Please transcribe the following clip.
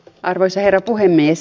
arvoisa herra puhemies